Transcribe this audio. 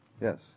Yes